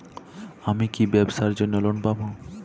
আমি কি ব্যবসার জন্য লোন পাব?